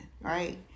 right